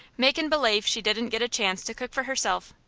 makin' belave she didn't get a chance to cook for herself,